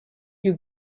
you